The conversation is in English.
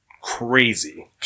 Crazy